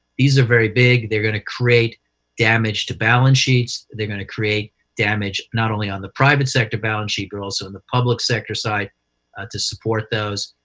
these are very big. they're going to create damage to balance sheets. they're going to create damage not only on the private sector balance sheet but also on the public sector side ah to support those.